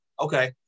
okay